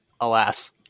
Alas